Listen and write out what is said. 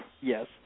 Yes